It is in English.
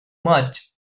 much